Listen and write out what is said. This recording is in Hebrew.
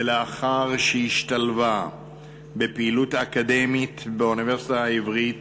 ולאחר שהשתלבה בפעילות האקדמית באוניברסיטה העברית